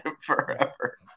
forever